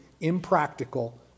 impractical